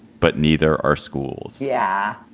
but neither are schools. yeah,